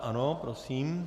Ano, prosím.